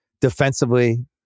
Defensively